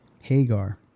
Hagar